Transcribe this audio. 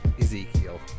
Ezekiel